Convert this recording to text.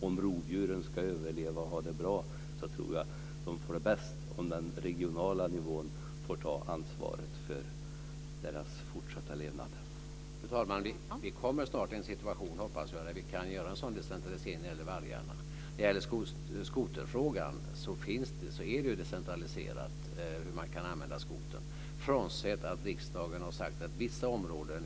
Om rovdjuren ska överleva och ha det bra så tror jag att de får det bäst om man får ta ansvaret för deras fortsatta levnad på den regionala nivån.